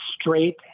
straight